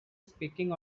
speaking